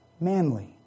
manly